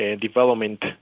development